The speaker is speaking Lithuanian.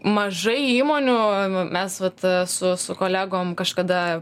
mažai įmonių mes vat su su kolegom kažkada